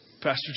Pastor